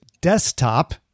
Desktop